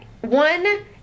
One